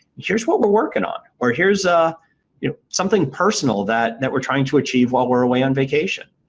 here's what we're working on or here's ah you know something personal that that we're trying to achieve while we're away on vacation.